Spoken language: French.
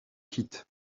quitte